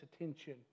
attention